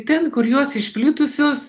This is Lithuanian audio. ten kur jos išplitusios